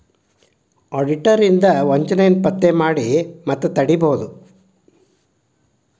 auditor ಇಂದಾ ವಂಚನೆಯನ್ನ ಪತ್ತೆ ಮಾಡಿ ಮತ್ತ ತಡಿಬೊದು